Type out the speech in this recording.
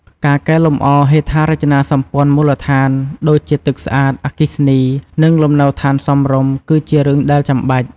ការកែលម្អ ហេដ្ឋារចនាសម្ព័ន្ធមូលដ្ឋាន ដូចជាទឹកស្អាត អគ្គិសនី និងលំនៅឋានសមរម្យ គឺជារឿងដែលចាំបាច់។